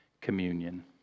communion